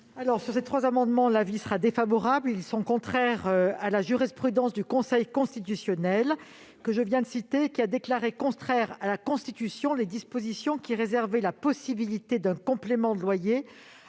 à ces trois amendements, car ils sont contraires à la jurisprudence du Conseil constitutionnel que je viens de citer. En effet, celui-ci a déclaré contraires à la Constitution les dispositions qui réservaient la possibilité d'un complément de loyer